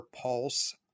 pulse